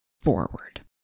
forward